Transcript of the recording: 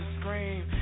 scream